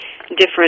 different